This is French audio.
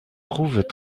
trouve